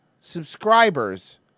subscribers